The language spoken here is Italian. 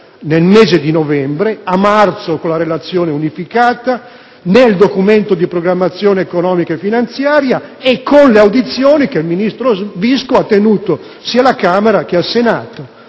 nel mese di novembre, a marzo con la relazione unificata, nel Documento di programmazione economico-finanziaria e con le audizioni che il vice ministro Visco ha tenuto sia alla Camera che al Senato.